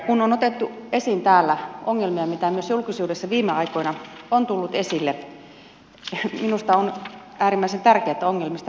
kun täällä on otettu esiin ongelmia mitä myös julkisuudessa viime aikoina on tullut esille minusta on äärimmäisen tärkeää että ongelmista puhutaan